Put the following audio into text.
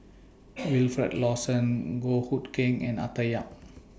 Wilfed Lawson Goh Hood Keng and Arthur Yap